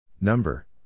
Number